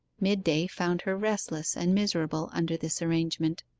mid-day found her restless and miserable under this arrangement.